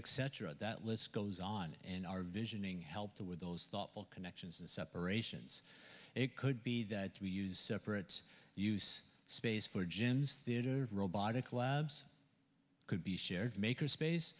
etc that list goes on in our visioning help to with those thoughtful connections and separations it could be that we use separate use space for gyms theater robotic labs could be shared maker space